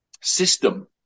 system